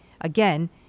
again